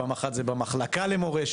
פעם אחת זה במחלקה למורשת.